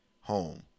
home